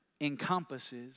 encompasses